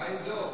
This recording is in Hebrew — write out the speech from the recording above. באזור.